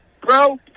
bro